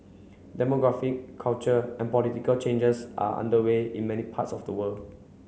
demographic cultural and political changes are underway in many parts of the world